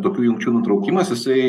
tokių jungčių nuraukimas jisai